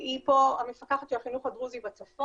שהיא פה המפקחת של החינוך הדרוזי בצפון,